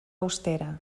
austera